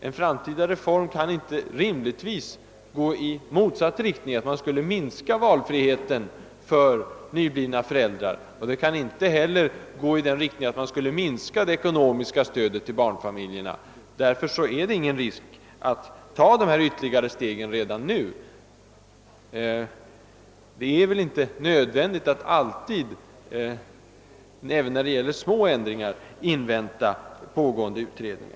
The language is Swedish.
En sådan kan rimligtvis inte komma att gå i motsatt riktning, så att valfriheten för nyblivna föräldrar skulle minska. Inte heller kan den gå i den riktningen att det ekonomiska stödet till barnfamiljerna skulle minskas. Därför är det ingen risk att ta detta steg redan nu. Det är väl inte nödvändigt att alltid — även när det gäller små ändringar — invänta pågående utredningar.